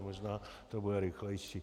Možná to bude rychlejší.